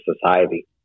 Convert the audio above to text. society